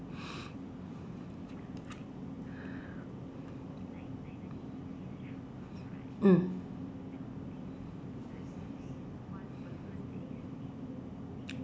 mm